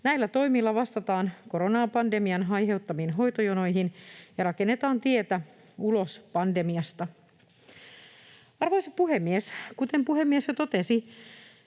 Näillä toimilla vastataan koronapandemian aiheuttamiin hoitojonoihin ja rakennetaan tietä ulos pandemiasta. Arvoisa puhemies! Kuten puhemies jo totesi,